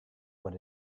what